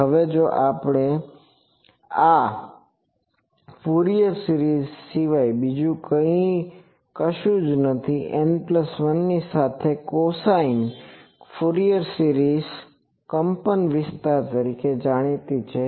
હવે જો આપણે જોઈએ તો આ ફૂરિયર સિરીઝ સિવાય બીજું કશું જ નથી N1 સાથેની cosine ફૂરિયર સિરીઝ કંપનવિસ્તાર તરીકે જાણીતી છે